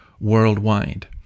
worldwide